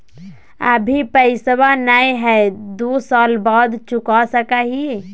अभि पैसबा नय हय, दू साल बाद चुका सकी हय?